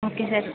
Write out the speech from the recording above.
okay sir